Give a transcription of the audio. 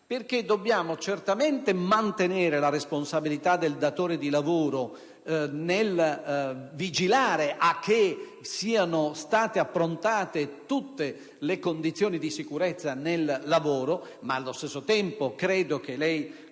noi dobbiamo certamente mantenere la responsabilità del datore di lavoro nel vigilare a che siano state approntate tutte le condizioni di sicurezza nel lavoro, ma allo stesso tempo ‑ credo che lei ne